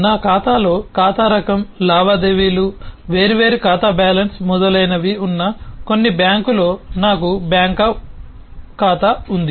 నా ఖాతాలో ఖాతా రకం లావాదేవీలు వేర్వేరు ఖాతా బ్యాలెన్స్ మొదలైనవి ఉన్న కొన్ని బ్యాంకులో నాకు బ్యాంక్ ఖాతా ఉంది